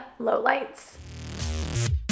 lowlights